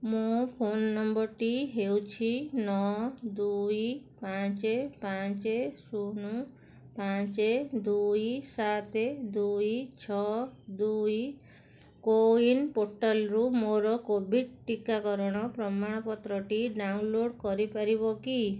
ମୋ ଫୋନ୍ ନମ୍ବରଟି ହେଉଛି ନଅ ଦୁଇ ପାଞ୍ଚ ପାଞ୍ଚ ଶୂନ ପାଞ୍ଚ ଦୁଇ ସାତ ଦୁଇ ଛଅ ଦୁଇ କୋ ୱିନ୍ ପୋର୍ଟାଲ୍ରୁ ମୋର କୋଭିଡ଼୍ ଟିକାକରଣ ପ୍ରମାଣପତ୍ରଟି ଡାଉନଲୋଡ଼୍ କରିପାରିବ କି